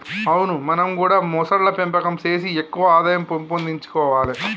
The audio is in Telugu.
అవును మనం గూడా మొసళ్ల పెంపకం సేసి ఎక్కువ ఆదాయం పెంపొందించుకొవాలే